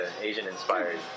Asian-inspired